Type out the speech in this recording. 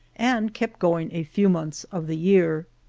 and kept going a few months of the year.